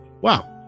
Wow